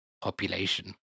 population